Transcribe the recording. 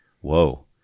Whoa